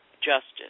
justice